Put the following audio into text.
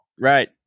Right